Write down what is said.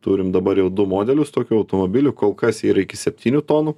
turim dabar jau du modelius tokių automobilių kol kas jie yra iki septynių tonų